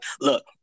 look